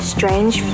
Strange